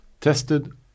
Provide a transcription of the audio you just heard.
tested